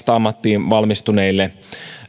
vasta ammattiin valmistuneille